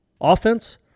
offense